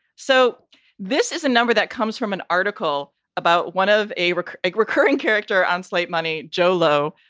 so this is a number that comes from an article about one of a recurring like recurring character on slate money, joe low,